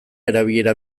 erabilera